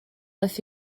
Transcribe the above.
aeth